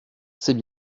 c’est